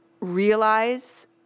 realize